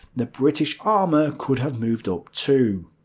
the british armour could have moved up too.